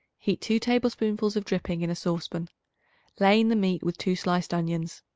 heat two tablespoonfuls of dripping in a saucepan lay in the meat with two sliced onions.